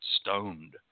stoned